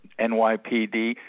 NYPD